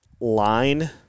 line